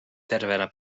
terve